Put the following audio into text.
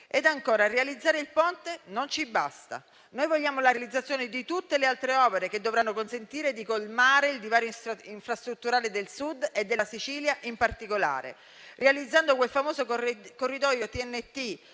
Inoltre, realizzare il Ponte non ci basta. Noi vogliamo la costruzione di tutte le altre opere che dovranno consentire di colmare il divario infrastrutturale del Sud e della Sicilia in particolare, realizzando quel famoso corridoio TEN-T